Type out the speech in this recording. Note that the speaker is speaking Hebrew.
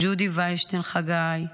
ג'ודי וינשטיין, חגי,